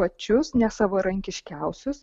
pačius nesavarankiškiausius